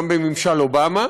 גם בממשל אובמה,